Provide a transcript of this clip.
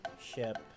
ship